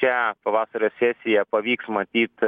šią pavasario sesiją pavyks matyt